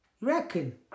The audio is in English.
reckon